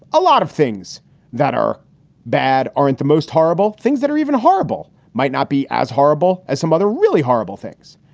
a lot of things that are bad aren't the most horrible things that are even horrible might not be as horrible as some other really horrible things.